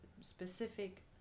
specific